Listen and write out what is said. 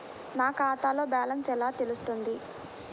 నా ఖాతాలో బ్యాలెన్స్ ఎలా తెలుస్తుంది?